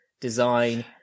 design